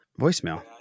voicemail